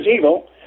evil